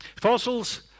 Fossils